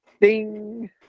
ding